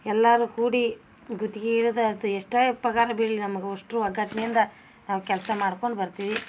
ಎಲ್ಲಾರು ಕೂಡಿ ಗುತ್ತಿಗಿ ಇಡ್ದ ಎಷ್ಟೇ ಪಗಾರ ಬೀಳ್ಲಿ ನಮ್ಗೆ ಅಷ್ಟ್ರು ಒಗ್ಗಟ್ನಿಂದ ನಾವು ಕೆಲಸ ಮಾಡ್ಕೊಂಡು ಬರ್ತೀವಿ